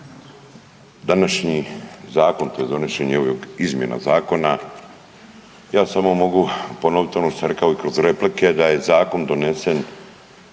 Današnji Zakon tj. donošenje ovog izmjena zakona, ja samo mogu ponoviti ono što sam rekao i kroz replike, da je Zakon donesen